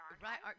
Right